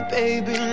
baby